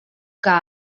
que